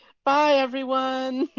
bye, everyone.